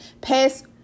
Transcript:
past